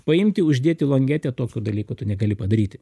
paimti uždėti longetę tokių dalykų tu negali padaryti